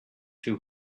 two